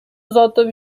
озатып